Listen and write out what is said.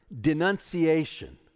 denunciation